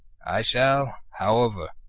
i shall, however,